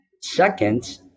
Second